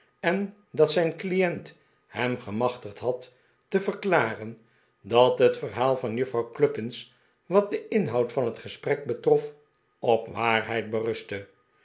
en dat zijn client hem gemachtigd had te verklaren dat het verhaal van juffrouw cluppins wat den inhoud van het gesprek betrof op waarheid berustte